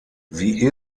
sie